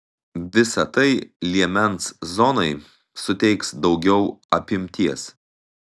visa tai liemens zonai suteiks daugiau apimtiems